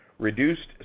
reduced